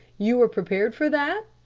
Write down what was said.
you are prepared for that?